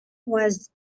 was